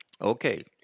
Okay